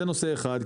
זה נושא אחד,